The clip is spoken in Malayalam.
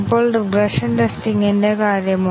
ഇപ്പോൾ റിഗ്രഷൻ ടെസ്റ്റിന്റെ കാര്യമോ